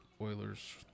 Oilers